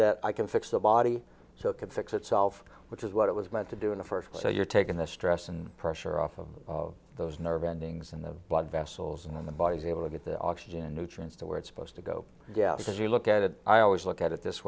that i can fix the body so it can fix itself which is what it was meant to do in the first place so you're taking the stress and pressure off of those nerve endings in the blood vessels in the body is able to get the oxygen nutrients to where it's supposed to go because you look at it i always look at it this